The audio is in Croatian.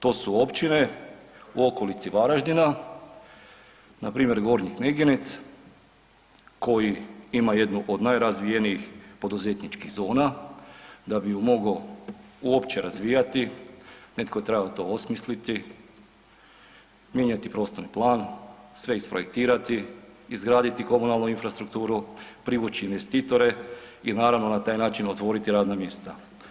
To su općine u okolici Varaždina npr. Gornji Kneginec koji ima jednu od najrazvijenijih poduzetničkih zona da bi ju mogao uopće razvijati netko je trebao to osmisliti, mijenjati prostorni plan, sve izprojektirati, izgraditi komunalnu infrastrukturu, privući investitore i naravno na taj način otvoriti radna mjesta.